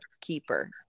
keeper